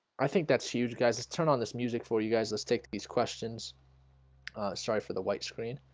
i think that's huge guys. let's turn on this music for you guys. let's take these questions started for the white screen,